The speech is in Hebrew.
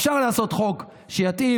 אפשר לעשות חוק שיתאים.